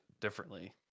differently